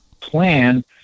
plan